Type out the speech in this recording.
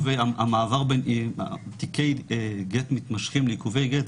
רק לגבי המעבר בין תיקי גט מתמשכים לעיכובי גט,